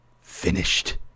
Finished